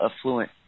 affluent